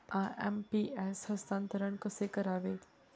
IMPS हस्तांतरण कसे करावे?